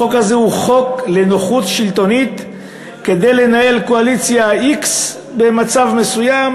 החוק הזה הוא חוק לנוחות שלטונית כדי לנהל קואליציה x במצב מסוים,